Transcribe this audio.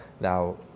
Now